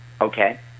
Okay